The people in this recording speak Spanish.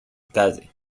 calle